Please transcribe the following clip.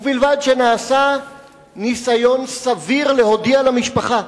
ובלבד שנעשה ניסיון סביר להודיע למשפחה.